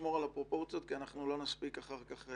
רק בואו נשמור על הפרופורציות כי אנחנו לא נספיק אחר כך.